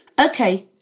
okay